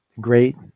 great